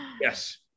Yes